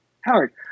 Howard